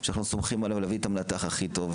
שאנחנו סומכים עליו להביא את המנתח הכי טוב,